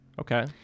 Okay